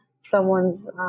someone's